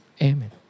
amen